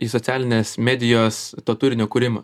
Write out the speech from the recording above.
į socialinės medijos to turinio kūrimą